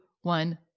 one